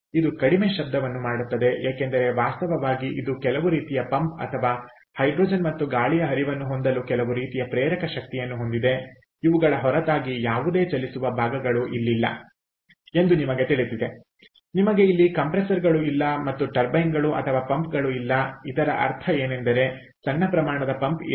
ಇದು ಕಡಿಮೆ ಶಬ್ದವನ್ನು ಮಾಡುತ್ತದೆ ಏಕೆಂದರೆ ವಾಸ್ತವವಾಗಿ ಇದು ಕೆಲವು ರೀತಿಯ ಪಂಪ್ ಅಥವಾ ಹೈಡ್ರೋಜನ್ ಮತ್ತು ಗಾಳಿಯ ಹರಿವನ್ನು ಹೊಂದಲು ಕೆಲವು ರೀತಿಯ ಪ್ರೇರಕ ಶಕ್ತಿಯನ್ನು ಹೊಂದಿದೆ ಇವುಗಳ ಹೊರತಾಗಿ ಯಾವುದೇ ಚಲಿಸುವ ಭಾಗಗಳಿಲ್ಲ ಎಂದು ನಿಮಗೆ ತಿಳಿದಿದೆ ನಿಮಗೆ ಇಲ್ಲಿ ಕಂಪ್ರೆಸರ್ ಗಳು ಇಲ್ಲ ಮತ್ತು ಟರ್ಬೈನ್ಗಳು ಅಥವಾ ಪಂಪ್ಗಳು ಇಲ್ಲ ಇದರ ಅರ್ಥ ಏನೆಂದರೆ ಸಣ್ಣ ಪ್ರಮಾಣದ ಪಂಪ್ಇರಬಹುದು